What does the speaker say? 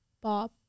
Bob